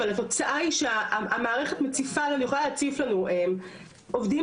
אבל התוצאה היא שהמערכת יכולה להציף לנו עובדים